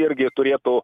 irgi turėtų